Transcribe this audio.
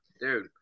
Dude